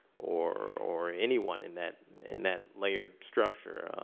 or or anyone in that in that layered structure,